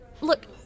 Look